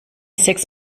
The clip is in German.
sechs